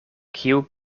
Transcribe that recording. kiu